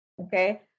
Okay